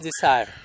desire